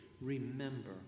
Remember